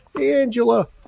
Angela